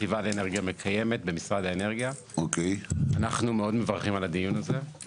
אנחנו מאוד מברכים על הדיון הזה.